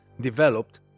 developed